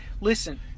Listen